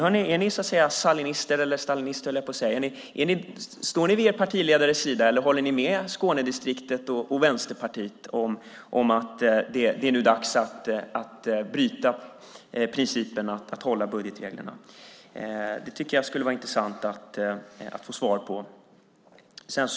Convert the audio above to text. Är ni sahlinister eller stalinister, höll jag på att säga. Står ni vid er partiledares sida eller håller ni med Skånedistriktet och Vänsterpartiet om att det nu är dags att bryta principen om att hålla budgetreglerna? Jag tycker att det skulle vara intressant att få svar på det.